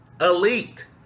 Elite